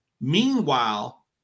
Meanwhile